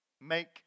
make